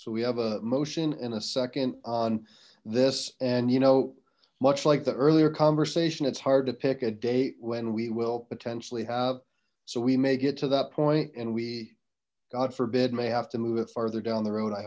so we have a motion in a second on this and you know much like the earlier conversation it's hard to pick a date when we potentially have so we may get to that point and we god forbid may have to move it farther down the road i